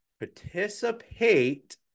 participate